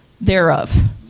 thereof